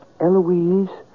Eloise